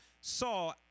saw